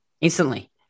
instantly